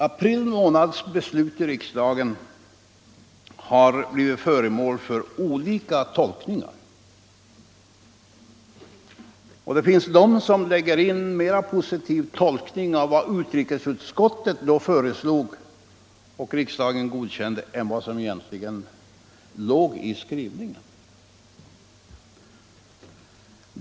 April månads beslut i riksdagen har blivit föremål för olika tolkningar, och det finns de som gör en mer positiv tolkning av vad utrikesutskottet då föreslog och riksdagen godkände än vad som egentligen låg i skrivningen.